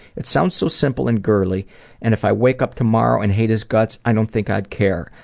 it sounds so simple and girly and if i wake up tomorrow and hate his guts i don't think i'd care.